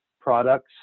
products